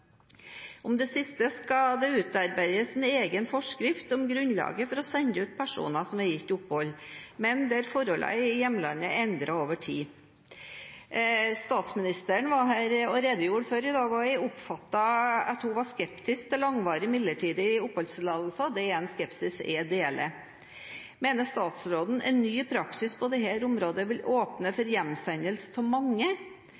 Om det siste skal det utarbeides en egen forskrift om grunnlaget for å sende ut personer som er gitt opphold, hvis forholdene i hjemlandet er endret over tid. Statsministeren var her og redegjorde før i dag, og jeg oppfattet at hun var skeptisk til langvarige midlertidige oppholdstillatelser. Det er en skepsis jeg deler. Mener statsråden at en ny praksis på dette området vil åpne for hjemsendelse av mange?